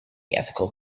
ethical